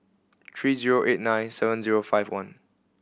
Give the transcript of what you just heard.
three zero eight nine seven zero five one